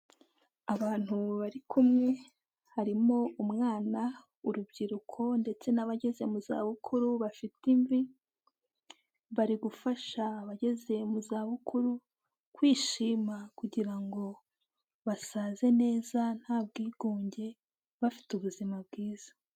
Abantu bari kumwe, harimo umwana, urubyiruko ndetse n'abageze mu za bukuru bafite imvi, bari gufasha abageze mu zabukuru kwishima, kugira ngo basaze neza nta bwigunge bafite ubuzima bwiza.